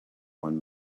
one